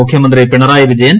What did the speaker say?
മുഖ്യമന്ത്രി പിണറായി വിജയൻ